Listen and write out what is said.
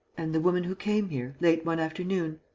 and the woman who came here, late one afternoon.